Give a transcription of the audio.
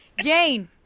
Jane